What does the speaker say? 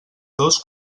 dos